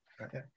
okay